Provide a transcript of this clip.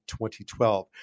2012